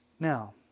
Now